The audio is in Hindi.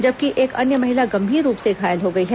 जबकि एक अन्य महिला गंभीर रूप से घायल हो गई है